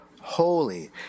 holy